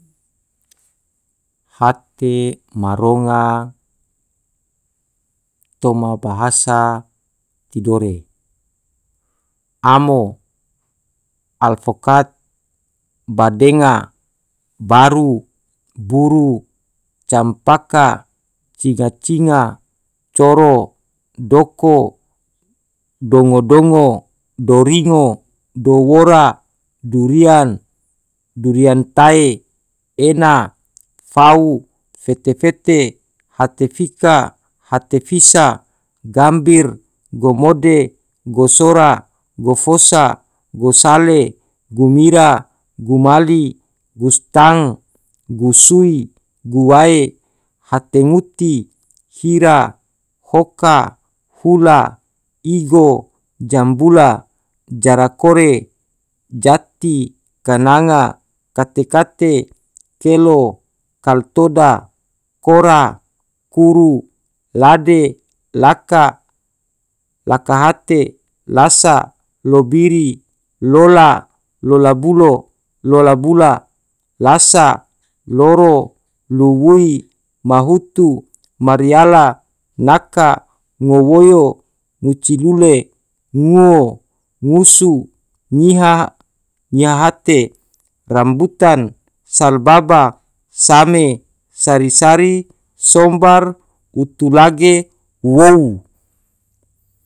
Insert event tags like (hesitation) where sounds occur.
Hate ma ronga toma bahasa tidore, amo, alfokad, badenga, baru, buru, campaka, cinga-cinga, coro, doko, dongo-dongo, doringo, dowora, durian, durian tae, ena, fau, fete-fete, hate fika, hate fisa, gambir, gomode, gosora, gofosa, gosale, gumira, gumali, gutang, gusui, guwae, hate nguti, hira, hoka, hula, igo, jambula, jarakore, jati, kananga, kate-kate, kelo, kaltoda. mkora, kuru, lade, laka, laka hate, lasa, lobiri, lola, lola bulo, lola bula, lasa, loro, luwui ma hutu, maliara, naka, ngowoyo, nguci lule, nguwo, ngusu, nyiha (hesitation) nyiha hate, rambutan, salbaba, sane, sari-sari, sombar, utu lage, wou.